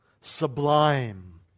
sublime